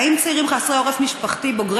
1. האם צעירים חסרי עורף משפחתי בוגרי